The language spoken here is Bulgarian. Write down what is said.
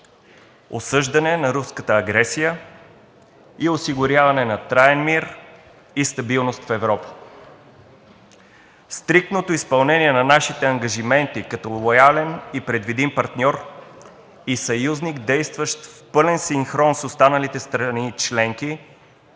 осъждане на руската агресия и осигуряване на траен мир и стабилност в Европа. Стриктното изпълнение на нашите ангажименти като лоялен и предвидим партньор и съюзник, действащ в пълен синхрон с останалите страни членки,